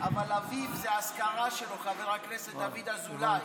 אבל זה אזכרה של אביו, חבר הכנסת דוד אזולאי.